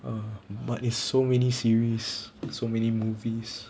(uh huh) but is so many series so many movies